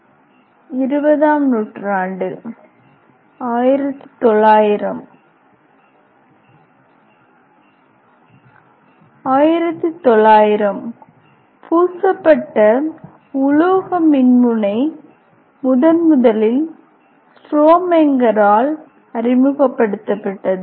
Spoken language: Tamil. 20 ஆம் நூற்றாண்டு 1900 பூசப்பட்ட உலோக மின்முனை முதன்முதலில் ஸ்ட்ரோமெங்கரால் அறிமுகப்படுத்தப்பட்டது